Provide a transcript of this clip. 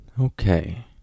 Okay